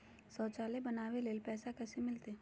शौचालय बनावे ले पैसबा कैसे मिलते?